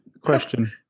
Question